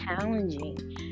challenging